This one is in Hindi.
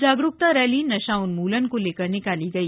जागरूकता रैली नशा उन्मुलन को लेकर निकाली गई